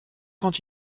quand